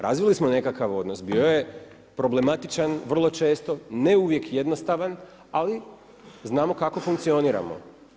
Razvili smo nekakav odnos, bio je problematičan, vrlo često, ne uvijek jednostavan, ali znamo kako funkcioniramo.